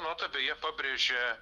nota beje pabrėžia